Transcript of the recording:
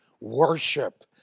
worship